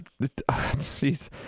Jeez